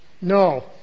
No